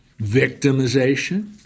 Victimization